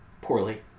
poorly